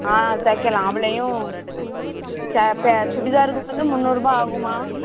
ஆ தைக்கலாம் அவளையும் ச ப சுடிதாருக்கு வந்து முந்நூறுரூபா ஆகுதும்மா